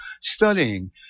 studying